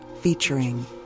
featuring